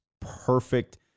perfect